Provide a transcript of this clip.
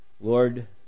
Lord